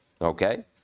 Okay